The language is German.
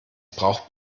braucht